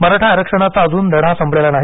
मराठा आरक्षणाचा अजून लढा संपलेला नाही